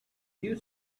you